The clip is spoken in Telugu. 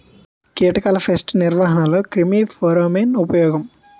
కీటకాల పేస్ట్ నిర్వహణలో క్రిమి ఫెరోమోన్ ఉపయోగం